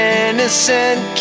innocent